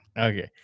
Okay